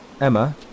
Emma